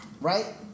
right